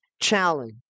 challenge